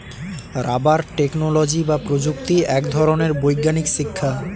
rubber technology বা প্রযুক্তি এক ধরনের বৈজ্ঞানিক শিক্ষা